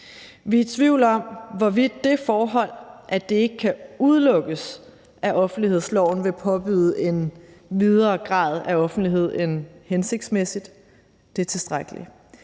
Vi er i tvivl om, hvorvidt det forhold, at det ikke kan udelukkes, at offentlighedsloven vil påbyde en videre grad af offentlighed end hensigtsmæsigt, er tilstrækkeligt,